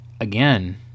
again